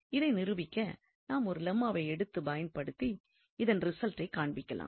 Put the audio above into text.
இதை நிரூபிக்க நாம் ஒரு லெம்மாவை எடுத்து பயன்படுத்தி இதன் ரிசல்ட்டை காண்பிக்கலாம்